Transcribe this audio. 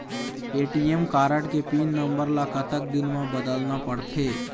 ATM card के pin number ला कतक दिन म बदलना पड़थे?